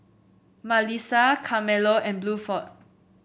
Malissa Carmelo and Bluford